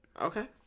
okay